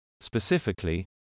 Specifically